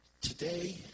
Today